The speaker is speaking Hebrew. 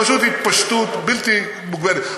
פשוט התפשטות בלתי מוגבלת.